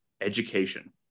education